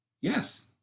Yes